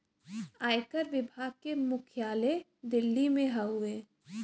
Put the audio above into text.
आयकर विभाग के मुख्यालय दिल्ली में हउवे